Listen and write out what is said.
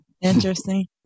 Interesting